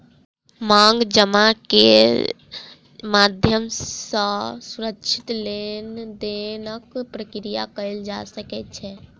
मांग जमा के माध्यम सॅ सुरक्षित लेन देनक प्रक्रिया कयल जा सकै छै